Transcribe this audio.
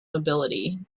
nobility